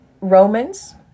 Romans